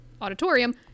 auditorium